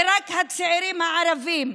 ורק את הצעירים הערבים,